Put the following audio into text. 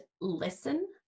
listen